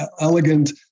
elegant